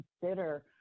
consider